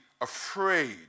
afraid